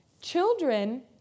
Children